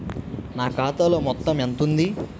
నా ఖాతాలో ఎంత మొత్తం ఉంది?